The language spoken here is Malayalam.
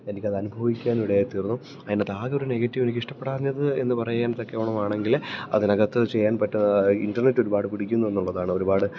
എനിക്കതനുഭവിക്കാനിടയായിത്തീർന്നു അതിനകത്താകെ ഒരു നെഗറ്റീവ് എനിക്കിഷ്ടപ്പെടാഞ്ഞത് എന്നു പറയാന് തക്കവണ്ണമാണെങ്കില് അതിനകത്ത് ചെയ്യാൻ പറ്റുക ഇൻറർനെറ്റ് ഒരുപാട് പിടിക്കുന്നു എന്നുള്ളതാണ് ഒരുപാട്